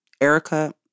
Erica